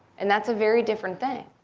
and that's a very different thing.